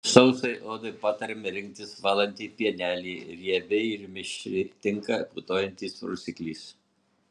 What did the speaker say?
sausai odai patariama rinktis valantį pienelį riebiai ir mišriai tinka putojantis prausiklis